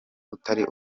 utari